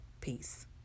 Peace